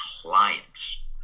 clients